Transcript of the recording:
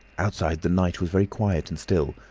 outside the night was very quiet and still,